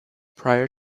prior